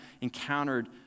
encountered